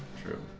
true